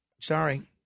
sorry